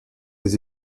des